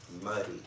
muddy